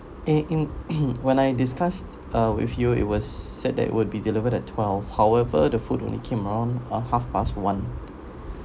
eh in when I discussed uh with you it was said that it would be delivered at twelve however the food only came on uh half past one